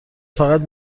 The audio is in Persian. فقط